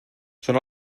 són